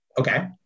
Okay